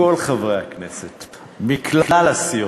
כל חברי הכנסת מכלל הסיעות,